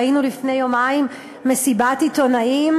ראינו לפני יומיים מסיבת עיתונאים,